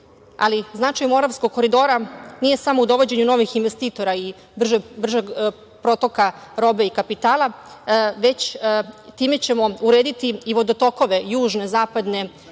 Ali značaj Moravskog koridora nije samo u dovođenju novih investitora i bržeg protoka robe i kapitala, već time ćemo urediti i vodotokove Južne, Zapadne